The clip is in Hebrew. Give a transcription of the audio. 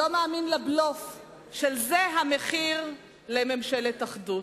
לא מאמין לבלוף של "זה המחיר של ממשלת אחדות".